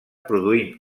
produint